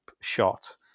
shot